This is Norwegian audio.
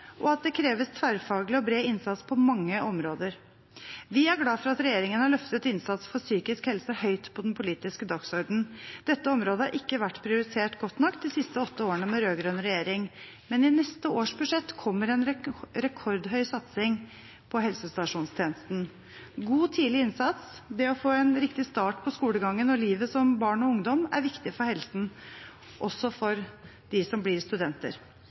og at det kreves tverrfaglig og bred innsats på mange områder. Vi er glad for at regjeringen har løftet innsats for psykisk helse høyt på den politiske dagsordenen. Dette området har ikke vært prioritert godt nok de siste åtte årene med rød-grønn regjering, men i neste års budsjett kommer en rekordhøy satsing på helsestasjonstjenesten. God tidlig innsats, det å få en riktig start på skolegangen og livet som barn og ungdom, er viktig for helsen – også for dem som blir studenter.